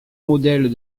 modèles